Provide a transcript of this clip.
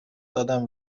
دادن